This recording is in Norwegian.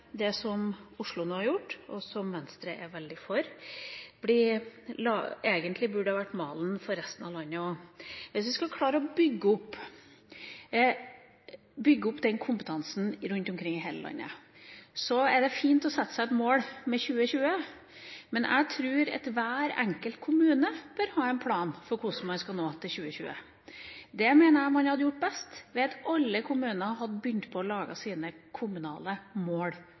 det som Oslo nå har gjort, og som Venstre er veldig for, egentlig burde ha vært malen for resten av landet også. Hvis vi skal klare å bygge opp den kompetansen rundt omkring i hele landet, er det fint å sette seg et mål for 2020, men jeg tror at hver enkelt kommune bør ha en plan for hvordan man skal nå 2020. Det mener jeg man hadde gjort best ved at alle kommuner hadde begynt å lage sine kommunale mål